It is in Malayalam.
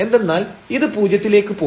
എന്തെന്നാൽ ഇത് പൂജ്യത്തിലേക്ക് പോവും